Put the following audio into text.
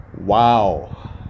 Wow